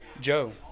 Joe